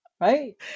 Right